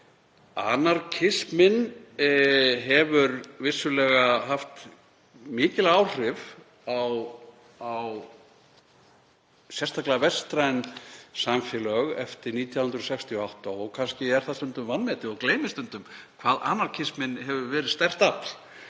Anarkisminn hefur vissulega haft mikil áhrif, sérstaklega á vestræn samfélög eftir 1968, og kannski er það stundum vanmetið og gleymist hvað anarkisminn hefur verið sterkt afl